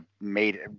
made